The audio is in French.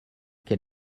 quel